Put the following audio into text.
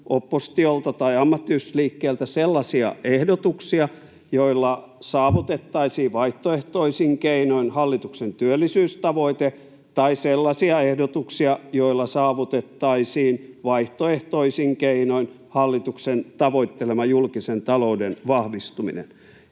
oppositiolta tai ammattiyhdistysliikkeeltä sellaisia ehdotuksia, joilla saavutettaisiin vaihtoehtoisin keinoin hallituksen työllisyystavoite, tai sellaisia ehdotuksia, joilla saavutettaisiin vaihtoehtoisin keinoin hallituksen tavoittelema julkisen talouden vahvistuminen.